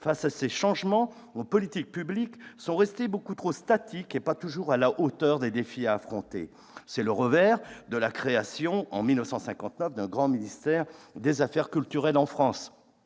Face à ces changements, nos politiques publiques sont restées beaucoup trop statiques et pas toujours à la hauteur des défis à affronter. C'est le revers de la création, en 1959, d'un grand ministère des affaires culturelles en France.